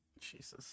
Jesus